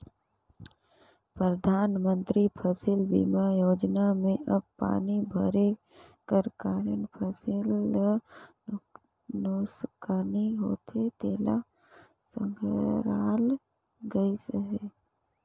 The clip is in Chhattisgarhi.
परधानमंतरी फसिल बीमा योजना में अब पानी भरे कर कारन फसिल ल नोसकानी होथे तेला संघराल गइस अहे